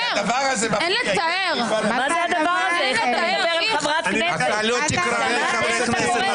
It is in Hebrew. זה לא אכפת לי